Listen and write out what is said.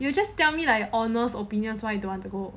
you just tell me like honest opinions why you don't want to go